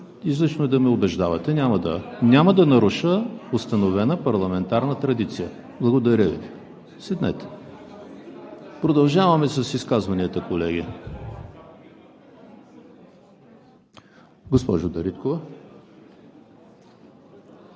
Излишно е да ме убеждавате. Няма да наруша установена парламентарна традиция. Благодаря Ви. Седнете! Продължаваме с изказванията, колеги. Госпожо Дариткова.